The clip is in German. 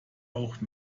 auch